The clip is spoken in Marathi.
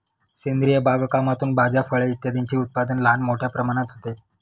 सेंद्रिय बागकामातून भाज्या, फळे इत्यादींचे उत्पादन लहान मोठ्या प्रमाणात होते